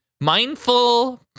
mindful